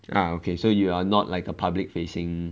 ah okay so you are not like a public facing